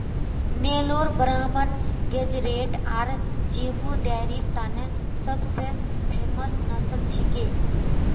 Nellore Brahman Guzerat आर zebu डेयरीर तने सब स फेमस नस्ल छिके